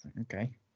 Okay